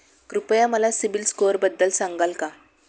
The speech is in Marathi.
कृपया मला सीबील स्कोअरबद्दल सांगाल का?